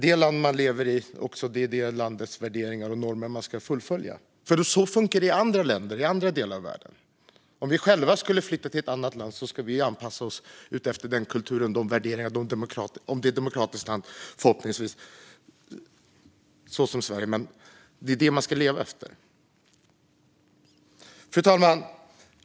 Det land man lever i är det land vars värderingar och normer man ska följa, för så funkar det i andra delar av världen. Om vi själva skulle flytta till ett annat land skulle vi anpassa oss till kulturen och värderingarna där. Förhoppningsvis är det ett demokratiskt land som Sverige. Men det är detta man ska leva efter. Fru talman!